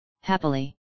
happily